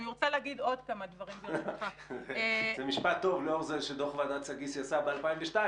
זה משפט טוב לאור זה שדוח ועדת סגיס יצא ב-2002,